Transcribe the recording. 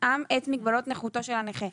יתאם את מגבלות נכותו של הנכה.